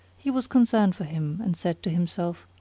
he was concerned for him, and said to himself,